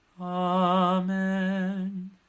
Amen